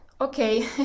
okay